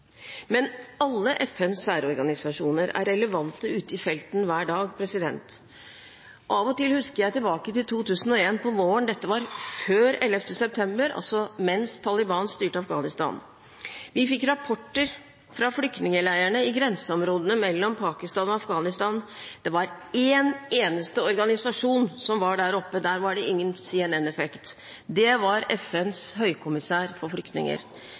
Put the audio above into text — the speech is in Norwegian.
Men alle FNs særorganisasjoner er relevante ute i felten hver dag. Av og til husker jeg tilbake til våren 2001 – dette var før 11. september mens Taliban styrte Afghanistan. Vi fikk rapporter fra flyktningleirene i grenseområdene mellom Pakistan og Afghanistan. Det var én eneste organisasjon som var der oppe – der var det ingen CNN-effekt. Det var FNs høykommissær for flyktninger,